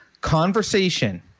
conversation